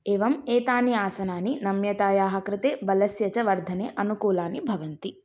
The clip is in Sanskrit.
एवम् एतानि आसनानि नम्यतायाः कृते बलस्य च वर्धने अनुकूलानि भवन्ति